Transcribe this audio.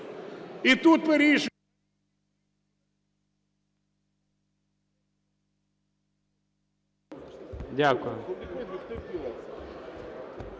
Дякую.